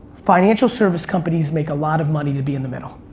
financial service companies make a lot of money to be in the middle.